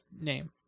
name